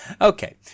Okay